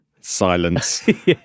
Silence